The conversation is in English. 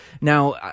Now